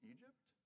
Egypt